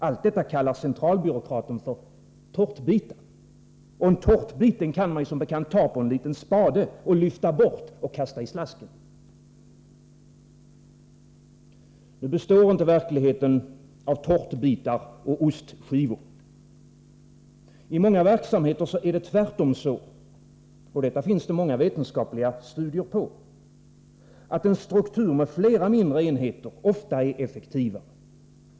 Allt detta kallar centralbyråkraten för tårtbitar. En tårtbit kan man som bekant ta på en liten spade, lyfta bort och kasta i slasken. Nu består verkligheten inte av tårtbitar och ostskivor. I många verksamheter är det tvärtom så — och detta finns det många vetenskapliga studier på — att en struktur med flera mindre enheter är effektivare.